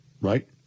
right